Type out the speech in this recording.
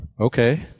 Okay